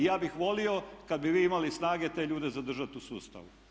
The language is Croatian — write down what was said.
I ja bih volio kad bi vi imali snage te ljude zadržati u sustavu.